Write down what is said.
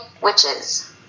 witches